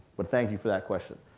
but thank you for that question.